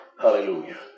Hallelujah